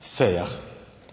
sejah.